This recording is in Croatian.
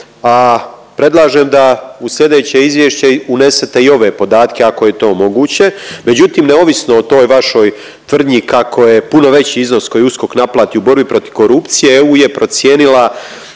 a predlažem da u slijedeće izvješće unesete i ove podatke ako je to moguće, međutim neovisno o toj vašoj tvrdnji kako je puno veći iznos koji USKOK naplati u borbi protiv korupcije, EU je procijenila